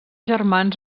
germans